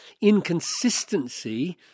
inconsistency